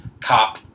cop